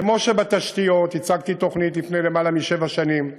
כמו שבתשתיות הצגתי תוכנית לפני למעלה משבע שנים,